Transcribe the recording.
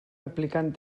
aplicant